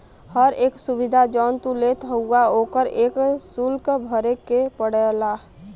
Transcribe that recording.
हर एक सुविधा जौन तू लेत हउवा ओकर एक सुल्क भरे के पड़ला